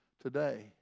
today